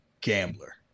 gambler